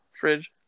fridge